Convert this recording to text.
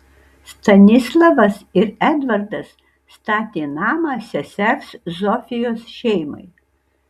stanislavas ir edvardas statė namą sesers zofijos šeimai